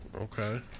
okay